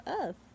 Earth